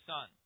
Son